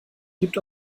gibt